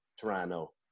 Toronto